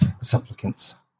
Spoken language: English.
supplicants